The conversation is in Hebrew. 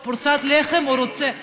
הוא רוצה עוד,